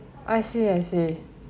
I see I see